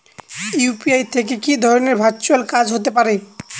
UPI থেকে কি ধরণের ভার্চুয়াল কাজ হতে পারে?